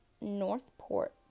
Northport